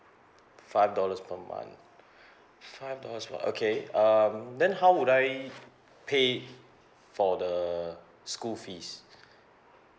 five dollars per month five dollars per okay um then how would I pay for the school fees